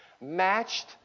matched